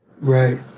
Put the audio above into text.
right